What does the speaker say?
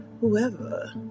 whoever